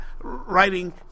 Writing